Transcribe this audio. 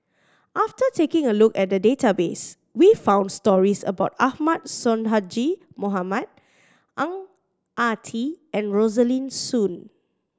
after taking a look at the database we found stories about Ahmad Sonhadji Mohamad Ang Ah Tee and Rosaline Soon